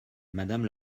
madame